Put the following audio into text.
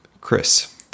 Chris